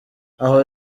aho